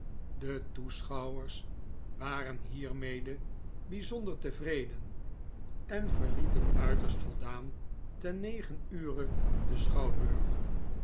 de toeschouwers waren hiermede bijzonder tevreden en verlieten uiterst voldaan ten negen ure den schouwburg